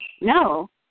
no